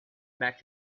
back